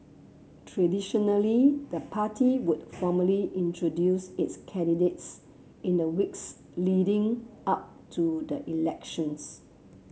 traditionally the party would formally introduce its candidates in the weeks leading up to the elections